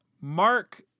Mark